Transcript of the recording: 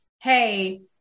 hey